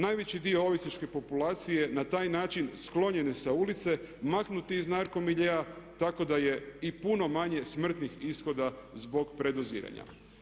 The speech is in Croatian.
Najveći dio ovisničke populacije na taj način sklonjen je sa ulice, maknut je iz narko miljea tako da je i puno manje smrtnih ishoda zbog predoziranja.